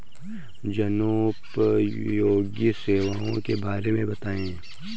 जनोपयोगी सेवाओं के बारे में बताएँ?